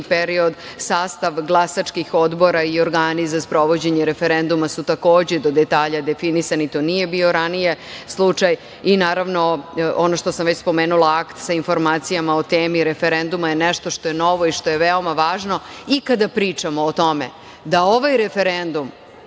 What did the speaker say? period. Sastav glasačkih odbora i organi za sprovođenje referenduma su takođe do detalja definisani, a to nije bio ranije slučaj. Naravno, ono što sam već spomenula, akt sa informacijama o temi referenduma je nešto što je novo i što je veoma važno.I kada pričamo o tome da ovaj referendum